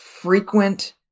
frequent